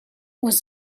was